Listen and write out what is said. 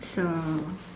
so